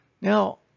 Now